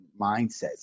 mindsets